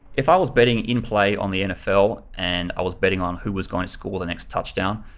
if i was betting in play on the nfl and i was betting on who was going to score the next touchdown.